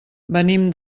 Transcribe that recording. venim